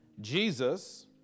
Jesus